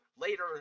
later